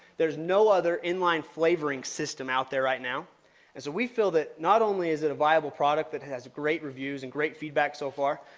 there's no other in-line flavoring system out there right now we feel that not only is it a viable product that has great reviews and great feedback so far,